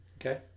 okay